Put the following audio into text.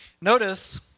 Notice